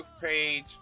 page